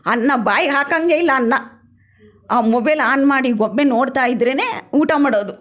ಅನ್ನ ಬಾಯಿಗೆ ಹಾಕೋಂಗೆ ಇಲ್ಲ ಅನ್ನ ಆ ಮೊಬೈಲ್ ಆನ್ ಮಾಡಿ ಗೊಂಬೆ ನೋಡ್ತಾಯಿದ್ದರೆ ಊಟ ಮಾಡೋದು